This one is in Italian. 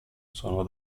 sono